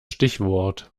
stichwort